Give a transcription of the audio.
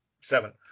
Seven